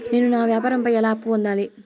నేను నా వ్యాపారం పై ఎలా అప్పు పొందాలి?